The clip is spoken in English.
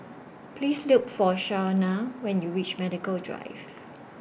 Please Look For Shawnna when YOU REACH Medical Drive